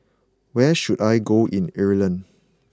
where should I go in Ireland